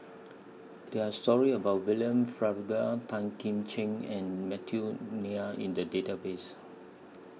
There Are stories about William Farquhar Tan Kim Ching and Matthew in The Database